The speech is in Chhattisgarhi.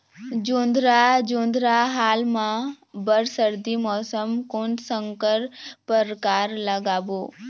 जोंधरा जोन्धरा हाल मा बर सर्दी मौसम कोन संकर परकार लगाबो?